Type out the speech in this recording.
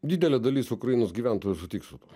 didelė dalis ukrainos gyventojų sutiks su tuo